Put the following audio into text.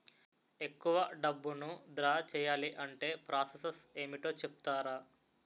ఎక్కువ డబ్బును ద్రా చేయాలి అంటే ప్రాస సస్ ఏమిటో చెప్తారా?